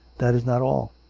that is not all.